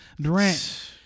Durant